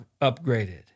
upgraded